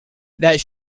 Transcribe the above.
that